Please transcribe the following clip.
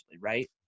right